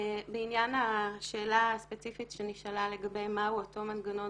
בעניין השאלה הספציפית שנשאלה לגבי מהו אותו מנגנון